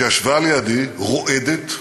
שישבה לידי, רועדת,